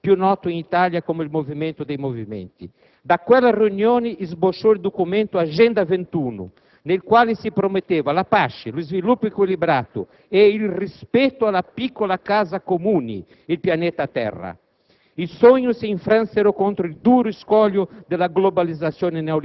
dopo avrebbe formato il generoso fiume del *Forum* sociale mondiale, più noto in Italia come il «movimento dei movimenti». Da quella riunione sbocciò il documento «Agenda 21», nel quale si promettevano la pace, lo sviluppo equilibrato e il rispetto della piccola casa comune: il pianeta Terra.